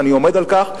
אני עומד על כך,